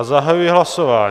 Zahajuji hlasování.